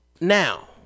Now